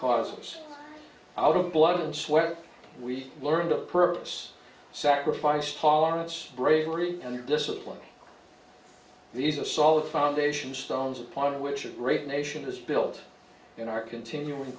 cause out of blood and sweat we learn the purpose sacrifice tolerance bravery and discipline these are solid foundation stones upon which a great nation is built in our continuing